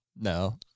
no